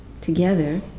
together